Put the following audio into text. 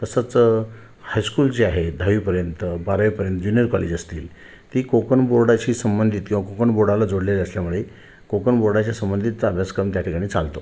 तसंच हायस्कूल जे आहे दहावीपर्यंत बारावीपर्यंत ज्युनिअर कॉलेज असतील ती कोकण बोर्डाशी संबंधित किंवा कोकण बोर्डाला जोडलेले असल्यामुळे कोकणन बोर्डाच्या संबंधितचा अभ्यासक्रम त्या ठिकाणी चालतो